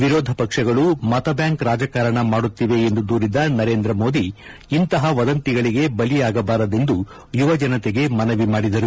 ವಿರೋಧ ಪಕ್ಷಗಳು ಮತ ಬ್ಯಾಂಕ್ ರಾಜಕಾರಣ ಮಾಡುತ್ತಿವೆ ಎಂದು ದೂರಿದ ನರೇಂದ್ರ ಮೋದಿ ಇಂತಹ ವದಂತಿಗಳಿಗೆ ಬಲಿಯಾಗಬಾರದೆಂದು ಯುವಜನತೆಗೆ ಮನವಿ ಮಾಡಿದರು